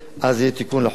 הכול יהיה במועד.